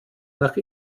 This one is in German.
nach